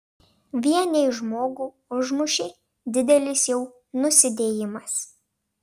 vien jei žmogų užmušei didelis jau nusidėjimas